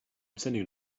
sending